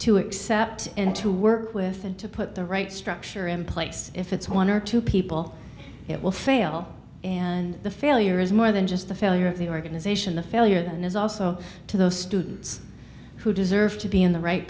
to accept and to work with and to put the right structure in place if it's one or two people it will fail and the failure is more than just the failure of the organization the failure then is also to those students who deserve to be in the right